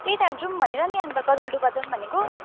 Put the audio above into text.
त्यही त जाउँ भनेर नि अन्त गजलडुब्बा जाउँ भनेको